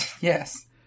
Yes